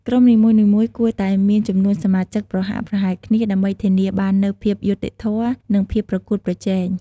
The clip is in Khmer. ក្រុមនីមួយៗគួរតែមានចំនួនសមាជិកប្រហាក់ប្រហែលគ្នា ដើម្បីធានាបាននូវភាពយុត្តិធម៌ និងភាពប្រកួតប្រជែង។